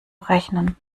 rechnen